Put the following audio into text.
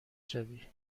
شوی